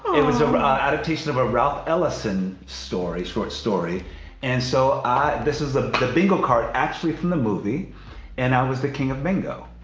it was a adaptation of a ralph ellison story, short story and so i this is ah the bingo card actually from the movie and i was the king of bingo.